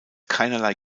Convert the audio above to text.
keinerlei